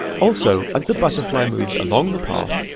also, as the butterfly moves along the path,